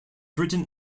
written